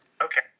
okay